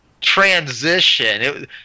transition